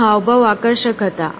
તેના હાવભાવ આકર્ષક હતા